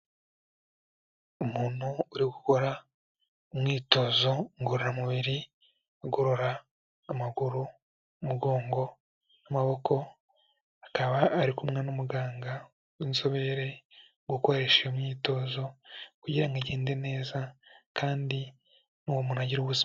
Umuntu uri gukora umwitozo ngororamubiri, agorora amaguru, umugongo n'amaboko, akaba ari kumwe n'umuganga w'inzobere ukoresha iyo myitozo kugira ngo igende neza kandi n'uwo muntu agire ubuzima.